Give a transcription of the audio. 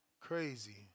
Crazy